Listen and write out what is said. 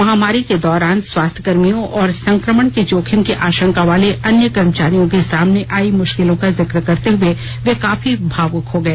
महामारी के दौरान स्वास्थ्यकर्मियों और संक्रमण के जोखिम की आशंका वाले अन्य कर्मचारियों के सामने आई मुश्किलों का जिक्र करते हुए वे काफी भावुक हो गए